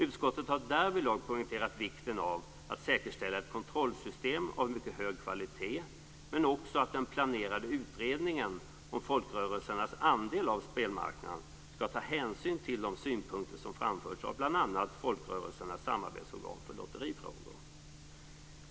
Utskottet har därvidlag poängterat vikten av att man säkerställer ett kontrollsystem av mycket hög kvalitet men också att den planerade utredningen om folkrörelsernas andel av spelmarknaden skall ta hänsyn till de synpunkter som framförts av bl.a. Folkrörelsernas samarbetsorgan för lotterifrågor.